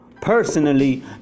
personally